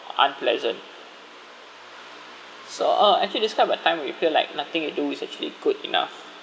unpleasant so uh actually describe a time where you feel like nothing you do is actually good enough